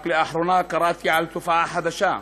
רק לאחרונה קראתי על תופעה חדשה,